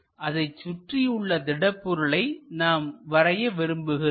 அதைச் சுற்றி உள்ள திடப் பொருளை நாம் வரைய விரும்புகிறோம்